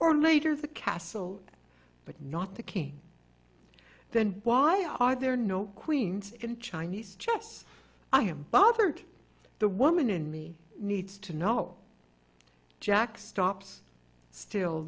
or later the castle but not the king then why are there no queens in chinese chess i have bothered the woman in me needs to know jack stops still